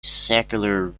secular